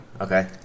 Okay